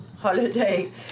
holiday